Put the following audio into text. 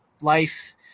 life